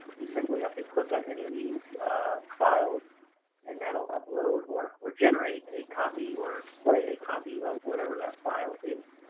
you simply have to click on any of these files and that will upload or or generate a copy or display a copy of whatever that file is.